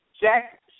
Jack